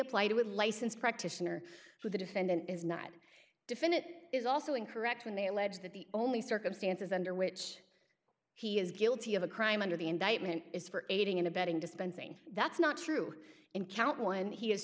apply to a license practitioner who the defendant is not defend it is also incorrect when they allege that the only circumstances under which he is guilty of a crime under the indictment is for aiding and abetting dispensing that's not true in count one he is